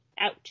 out